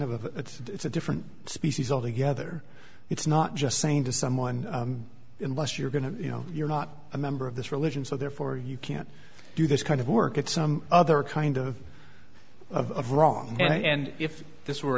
a it's a different species altogether it's not just saying to someone in lust you're going to you know you're not a member of this religion so therefore you can't do this kind of work at some other kind of of wrong and if this were